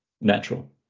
natural